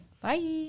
Bye